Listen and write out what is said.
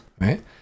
right